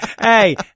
Hey